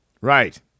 Right